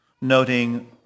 noting